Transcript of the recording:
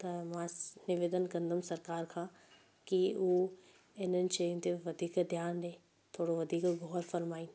त मां निवेदन कंदम सरकार खां कि उहे हिननि शयुनि ते वधीक ध्यान ॾिए थोरो वधीक ग़ौरु फ़रमाए